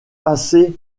passé